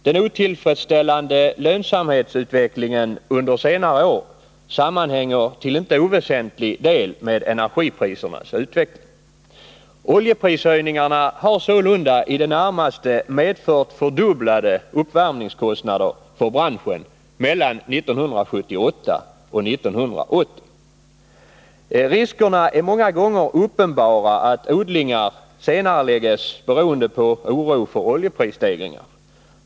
Den otillfredsställande lönsamhetsutvecklingen under senare år sammanhänger till inte oväsentlig del med energiprisernas utveckling. Oljeprishöjningarna har sålunda för branschen medfört i det närmaste fördubblade uppvärmningskostnader mellan 1978 och 1980. Riskerna är många gånger uppenbara att odlingar senareläggs, beroende på att man är oroad för oljeprisstegringar.